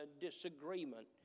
disagreement